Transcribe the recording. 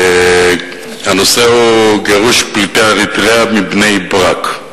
הנושא הוא גירוש פליטי אריתריאה מבני-ברק.